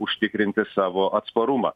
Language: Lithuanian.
užtikrinti savo atsparumą